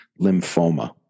lymphoma